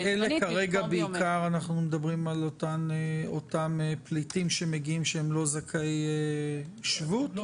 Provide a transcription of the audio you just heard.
בעיקר אנחנו מדברים על אותם פליטים שמגיעים שהם לא זכאי שבות?